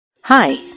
Hi